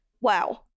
Wow